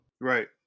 Right